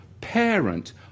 Parent